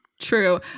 true